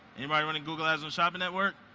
anybody running google has on shopping network?